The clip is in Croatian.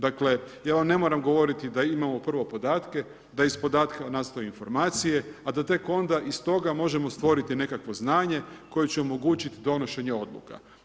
Dakle, ja vam ne moram govoriti da imamo prvo podatke, da iz podatka nastaju informacije, a da tek onda iz toga možemo stvoriti nekakvo znanje koje će omogućiti donošenje odluka.